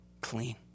clean